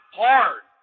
hard